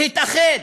להתאחד.